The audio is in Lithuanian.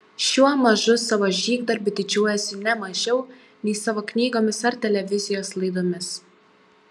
šiuo mažu savo žygdarbiu didžiuojuosi ne mažiau nei savo knygomis ar televizijos laidomis